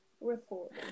report